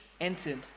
entered